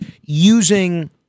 using